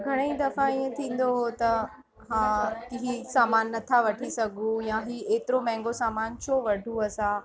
घणेई दफ़ा ईअं थींदो हो त हा कि हीउ सामान नथा वठी सघूं यां हेतिरो महांगो सामान छो वठूं असां